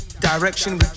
Direction